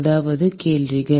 ஏதாவது கேள்விகள்